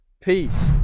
Peace